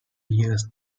years